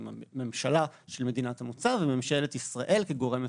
עם הממשלה של מדינת המוצא וממשלת ישראל כגורם מפקח.